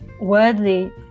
Wordly